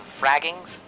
fraggings